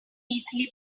easily